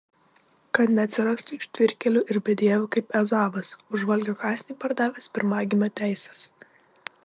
kad neatsirastų ištvirkėlių ir bedievių kaip ezavas už valgio kąsnį pardavęs pirmagimio teises